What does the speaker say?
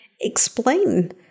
explain